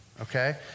okay